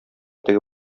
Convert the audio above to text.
теге